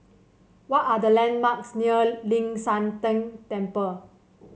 what are the landmarks near Ling San Teng Temple